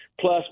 plus